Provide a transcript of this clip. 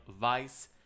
Vice